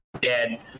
dead